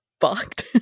fucked